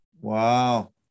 Wow